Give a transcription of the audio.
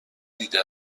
دیده